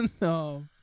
No